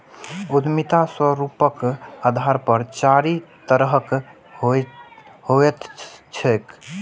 उद्यमिता स्वरूपक आधार पर चारि तरहक होइत छैक